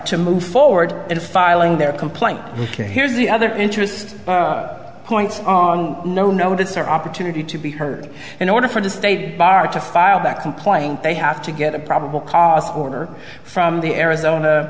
to move forward and filing their complaint here here's the other interest points on no notice or opportunity to be heard in order for the state bar to file that complaint they have to get a probable cause order from the arizona